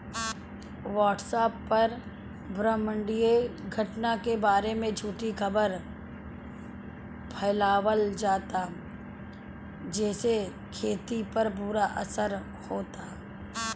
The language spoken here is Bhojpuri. व्हाट्सएप पर ब्रह्माण्डीय घटना के बारे में झूठी खबर फैलावल जाता जेसे खेती पर बुरा असर होता